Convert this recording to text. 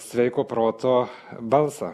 sveiko proto balsą